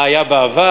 מה היה בעבר,